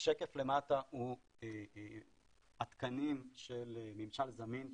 השקף למטה הוא התקנים של ממשל זמין שעמד,